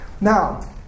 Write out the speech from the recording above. Now